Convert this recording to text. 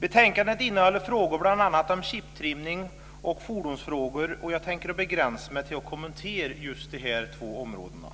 Betänkandet innehåller bl.a. frågor om chiptrimning och fordonsvikt. Jag tänker begränsa mig till att kommentera just de två områdena.